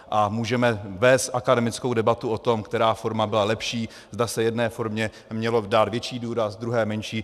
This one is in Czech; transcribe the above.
A můžeme vést akademickou debatu o tom, která forma byla lepší, zda se jedné formě měl dát větší důraz, druhé menší.